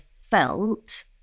felt